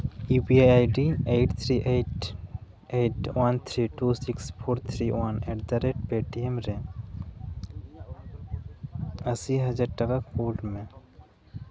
U P I I D eight three ᱮᱭᱤ eight one three two six four three one at the rate Paytm ᱨᱮ ᱟᱥᱤ ᱦᱟᱡᱟᱨ ᱴᱟᱠᱟ ᱠᱩᱞ ᱢᱮ